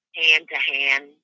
hand-to-hand